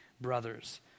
brothers